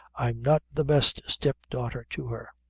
i'm not the best step-daughter to her.